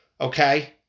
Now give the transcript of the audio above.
okay